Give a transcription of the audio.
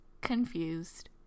confused